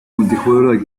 multijugador